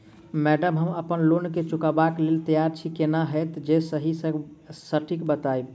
Madam हम अप्पन loan केँ चुकाबऽ लैल तैयार छी केना हएत जे सही आ सटिक बताइब?